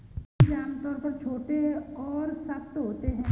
बीज आमतौर पर छोटे और सख्त होते हैं